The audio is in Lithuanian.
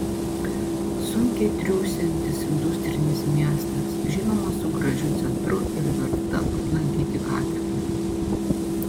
sunkiai triūsiantis industrinis miestas žinoma su gražiu centru ir verta aplankyti katedra